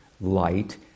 Light